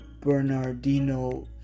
Bernardino